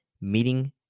meeting